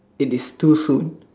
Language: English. it is too soon